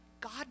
God